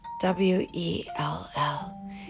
W-E-L-L